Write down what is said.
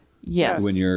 Yes